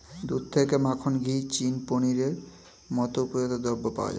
দুধ থেকে মাখন, ঘি, চিজ, পনিরের মতো উপজাত দ্রব্য পাওয়া যায়